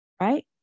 right